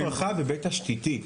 א', רחב, וב', תשתיתי.